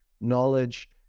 knowledge